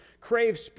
Crave